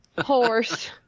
Horse